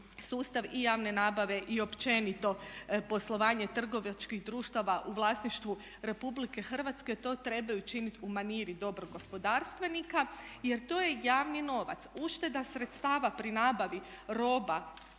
i javne nabave i općenito poslovanja trgovačkih društava u vlasništvu Republike Hrvatske to trebaju učiniti u maniri dobrog gospodarstvenika jer to je javni novac. Ušteda sredstava pri nabavi roba,